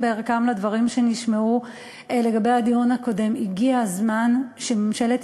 בערכם לדברים שנשמעו לגבי הדיון הקודם: הגיע הזמן שממשלת